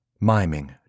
miming